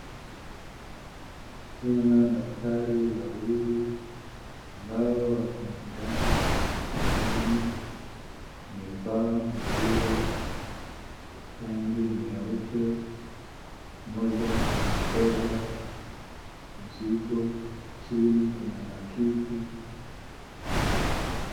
Naona daktari wawili ambao wako ndani ya hospitalini, wamevaa nguo rangi nyeupe, mmoja amebeba mzigo, chini kuna makiti.